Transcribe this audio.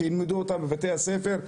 שילמדו אותן בבתי הספר.